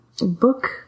book